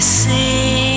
see